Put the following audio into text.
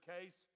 case